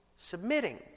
submitting